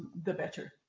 the better.